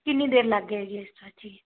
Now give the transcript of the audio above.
ਕਿੰਨੀ ਦੇਰ ਲੱਗ ਜਾਵੇਗੀ ਇਸ 'ਚ